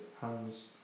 hands